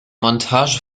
montage